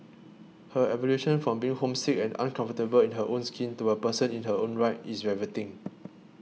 her evolution from being homesick and uncomfortable in her own skin to a person in her own right is riveting